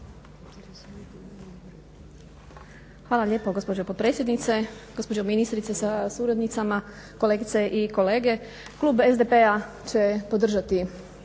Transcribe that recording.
Hvala lijepo gospođo potpredsjednice. Gospođo ministrice sa suradnicama, kolegice i kolege. Klub SDP-a će podržati